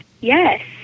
yes